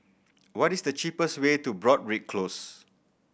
what is the cheapest way to Broadrick Close